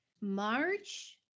March